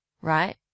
right